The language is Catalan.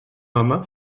home